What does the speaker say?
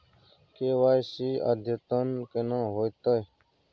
KYC अद्यतन केना होतै?